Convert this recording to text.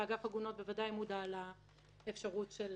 ואגף עגונות בוודאי מודע לאפשרות של